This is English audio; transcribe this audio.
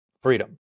freedom